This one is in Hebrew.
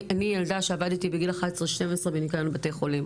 אני ילדה שעבדתי בגיל 12-11 בניקיון בתי חולים.